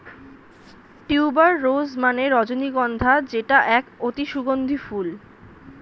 tuber rose মানে রজনীগন্ধা যেটা এক অতি সুগন্ধি ফুল